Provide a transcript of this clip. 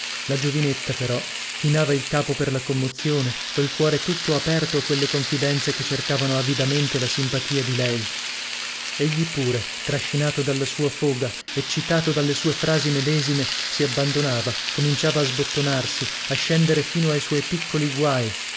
la giovinetta però chinava il capo per la commozione col cuore tutto aperto a quelle confidenze che cercavano avidamente la simpatia di lei egli pure trascinato dalla sua foga eccitato dalle sue frasi medesime si abbandonava cominciava a sbottonarsi a scendere fino ai suoi piccoli guai